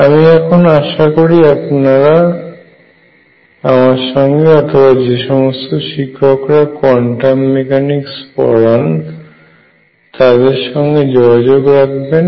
আমি এখন আশা করি আপনারা আমার সঙ্গে অথবা যে সমস্ত শিক্ষকরা কোয়ান্টাম মেকানিক্স পড়ান তাদের সঙ্গে যোগাযগ রাখবেন